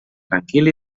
tranquil